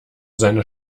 seine